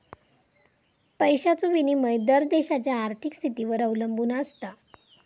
पैशाचो विनिमय दर देशाच्या आर्थिक स्थितीवर अवलंबून आसता